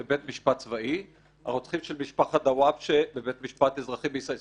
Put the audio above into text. בבית משפט צבאי והרוצחים של משפחת דוואבשה בבית משפט אזרחי בישראל.